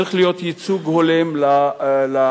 צריך להיות ייצוג הולם למיעוטים.